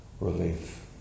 relief